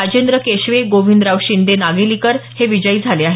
राजेंद्र केशवे गोविंदराव शिंदे नागेलीकर हे विजयी झाले आहेत